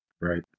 Right